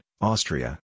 Austria